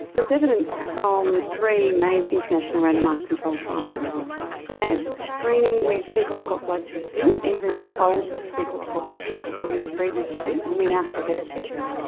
there's evidence from three major international randomised controlled trials that screening with faecal occult blood testing, even the old faecal occult blood test that they used previously, and we now have a better test,